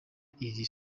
iri